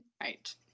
right